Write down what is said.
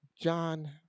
John